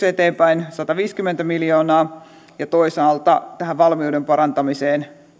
eteenpäin sataviisikymmentä miljoonaa ja toisaalta valmiuden parantamiseen